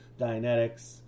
Dianetics